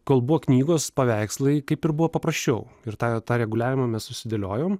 kol buvo knygos paveikslai kaip ir buvo paprasčiau ir tą tą reguliavimą mes susidėliojom